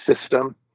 system